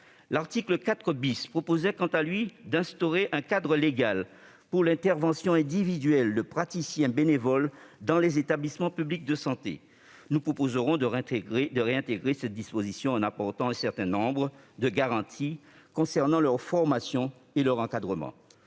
L'article 4 tendait, quant à lui, à instaurer un cadre légal pour l'intervention individuelle de praticiens bénévoles dans les établissements publics de santé. Nous proposerons de réintégrer cette disposition en apportant un certain nombre de garanties concernant leur formation et leur encadrement.